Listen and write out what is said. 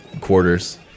quarters